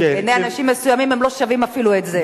שבעיני אנשים מסוימים הם לא שווים אפילו את זה.